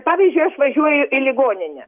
pavyzdžiui aš važiuoju į ligoninę